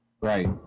Right